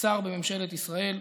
ושר בממשלת ישראל,